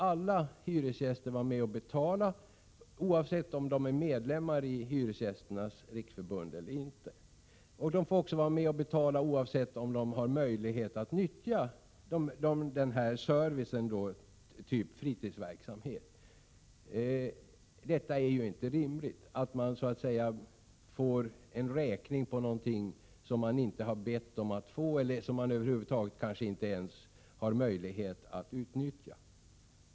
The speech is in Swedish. Alla hyresgäster får vara med och betala, oavsett om de är medlemmar i Hyresgästernas riksförbund eller inte och oavsett om de har möjlighet att nyttja denna service, t.ex. fritidsverksamhet, eller inte. Det är inte rimligt att man så att säga får en räkning på någonting man inte har bett om eller som man kanske över huvud taget inte har möjlighet att utnyttja.